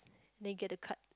then you get to cut